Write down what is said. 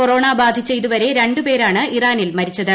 corona ബാധിച്ച് ഇതുവരെ രണ്ട് പേരാണ് ഇറാനിൽ മരിച്ചത്